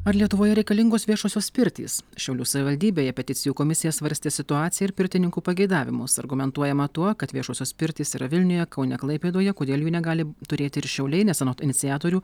ar lietuvoje reikalingos viešosios pirtys šiaulių savivaldybėje peticijų komisija svarstė situaciją ir pirtininkų pageidavimus argumentuojama tuo kad viešosios pirtys yra vilniuje kaune klaipėdoje kodėl jų negali turėti ir šiauliai nes anot iniciatorių